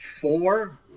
Four